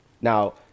Now